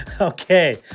Okay